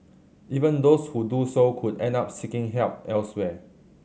even those who do so could end up seeking help elsewhere